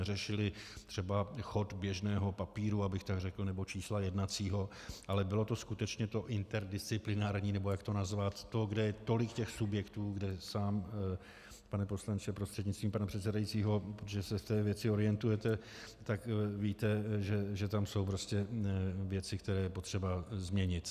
Neřešili jsme třeba chod běžného papíru, abych tak řekl, nebo čísla jednacího, ale bylo to skutečně to interdisciplinární, nebo jak to nazvat, to, kde je tolik těch subjektů, kde sám, pane poslanče prostřednictvím pana předsedajícího, protože se v té věci orientujete, tak víte, že tam jsou prostě věci, které je potřeba změnit.